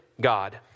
God